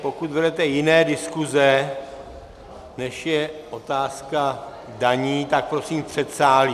Pokud vedete jiné diskuse, než je otázka daní, prosím v předsálí.